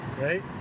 right